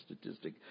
statistic